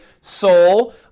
soul